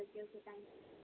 okay okay thank you